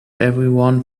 everyone